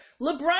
LeBron